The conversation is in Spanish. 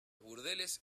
burdeles